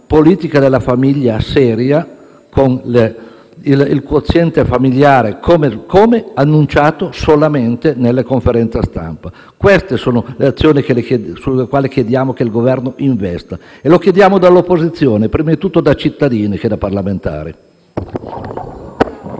della famiglia seria con il quoziente familiare come annunciato solamente in conferenza stampa? Queste sono le azioni sulle quali chiediamo che il Governo investa. Glielo chiediamo dall'opposizione, prima da cittadini e poi da parlamentari.